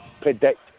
predict